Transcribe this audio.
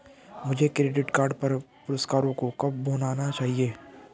मुझे credit card पर पुरस्कारों को कब भुनाना चाहिए?